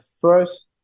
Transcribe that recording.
first